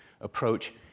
approach